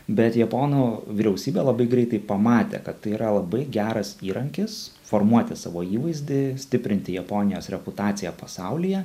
bet japonų vyriausybė labai greitai pamatė kad tai yra labai geras įrankis formuoti savo įvaizdį stiprinti japonijos reputaciją pasaulyje